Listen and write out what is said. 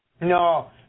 No